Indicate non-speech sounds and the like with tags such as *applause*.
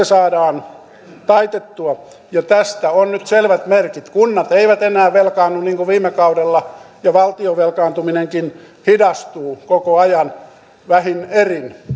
*unintelligible* saadaan taitettua ja tästä on nyt selvät merkit kunnat eivät enää velkaannu niin kuin viime kaudella ja valtion velkaantuminenkin hidastuu koko ajan vähin erin